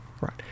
Right